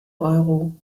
euro